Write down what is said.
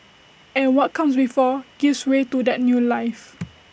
and what comes before gives way to that new life